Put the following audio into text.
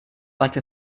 like